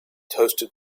toasted